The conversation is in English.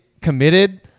committed